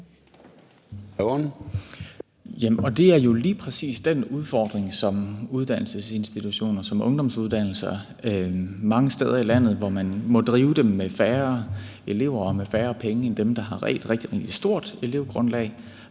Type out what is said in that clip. Det er jo lige præcis den udfordring, som uddannelsesinstitutioner med ungdomsuddannelser mange steder i i landet – hvor man må drive dem med færre elever og med færre penge end dem, der har rigtig, rigtig stort elevgrundlag,